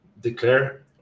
declare